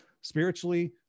spiritually